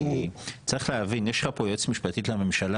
כי צריך להבין יש לך פה יועצת משפטית לממשלה,